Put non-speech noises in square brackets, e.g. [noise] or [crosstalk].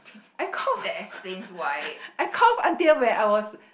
I cough [breath] I cough until when I was